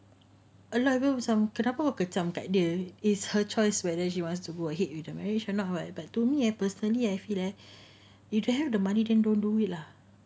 a lot of people macam kenapa awak kejam kat dia is her choice whether she wants to go ahead with the marriage and not but to me I personally I feel that if you don't have the money then don't do it lah